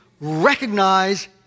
recognize